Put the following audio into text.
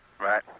Right